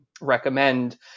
recommend